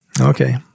Okay